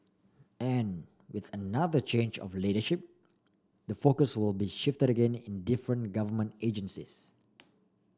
and with another change of leadership the focus will be shifted again in different government agencies